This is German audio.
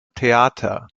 theater